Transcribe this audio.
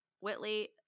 Whitley